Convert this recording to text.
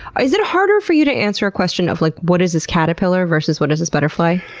ah is it harder for you to answer a question of, like, what is this caterpillar versus what is this butterfly?